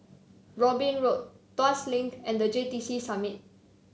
Robin Road Tuas Link and The J T C Summit